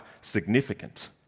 significant